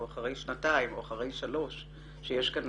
אחרי שנתיים או אחרי שלוש שנים שיש כאן